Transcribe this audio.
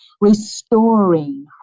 restoring